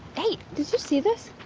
hey! did you see this?